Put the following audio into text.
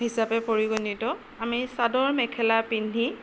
হিচাপে পৰিগণিত আমি চাদৰ মেখেলা পিন্ধি